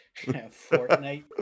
Fortnite